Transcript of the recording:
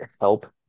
help